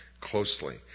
closely